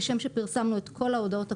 כשם שפרסמנו את כל ההודעות הקודמות,